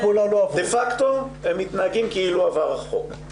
דה-פקטו הם מתנהגים כאילו עבר החוק,